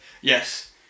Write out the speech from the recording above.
Yes